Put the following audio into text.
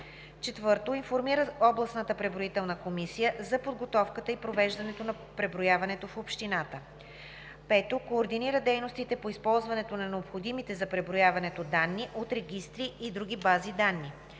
обход; 4. информира областната преброителна комисия за подготовката и провеждането на преброяването в общината; 5. координира дейностите по използването на необходимите за преброяването данни от регистри и други бази данни;